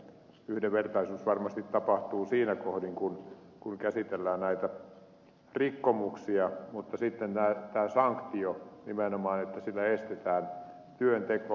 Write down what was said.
yhdenvertaisuus varmasti tapahtuu siinä kohdin kun käsitellään näitä rikkomuksia mutta sitten on tämä sanktio nimenomaan että sillä estetään työnteko